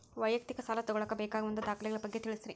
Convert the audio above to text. ವೈಯಕ್ತಿಕ ಸಾಲ ತಗೋಳಾಕ ಬೇಕಾಗುವಂಥ ದಾಖಲೆಗಳ ಬಗ್ಗೆ ತಿಳಸ್ರಿ